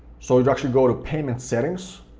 so you actually go to payment settings,